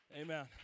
Amen